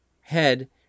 head